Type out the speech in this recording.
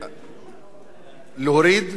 להוריד או שאת לא רוצה לנמק?